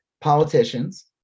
politicians